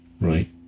right